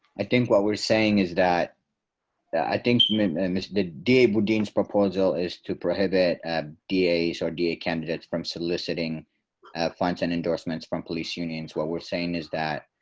and think what we're saying is that that i think i mean and and dave will gains proposal is to prohibit um da so da candidates from soliciting funds and endorsements from police unions, what we're saying is that